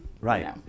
right